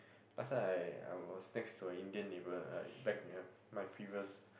last time I I was next to a Indian neighbour uh like back in my previous